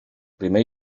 primer